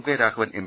K Raghavan M